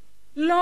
ממש לא.